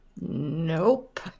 Nope